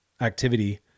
activity